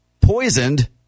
poisoned